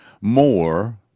more